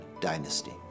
dynasty